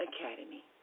Academy